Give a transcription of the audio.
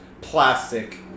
plastic